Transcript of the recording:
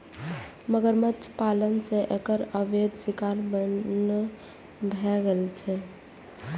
मगरमच्छ पालन सं एकर अवैध शिकार बन्न भए गेल छै